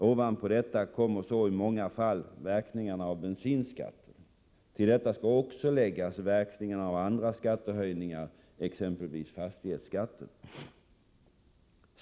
Ovanpå detta kommer i många fall verkningarna av bensinskatten. Till detta skall också läggas effekterna av andra skattehöjningar, exempelvis höjningen av fastighetsskatten.